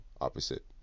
opposite